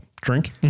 drink